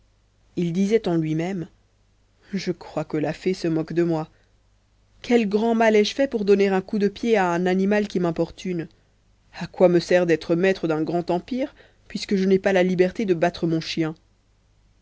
il disait en lui-même je crois que la fée se moque de moi quel grand mal ai-je fait pour donner un coup de pied à un animal qui m'importune à quoi me sert d'être maître d'un grand empire puisque je n'ai pas la liberté de battre mon chien